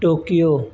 Tokyo